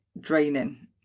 draining